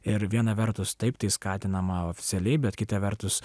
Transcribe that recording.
ir viena vertus taip skatinama oficialiai bet kita vertus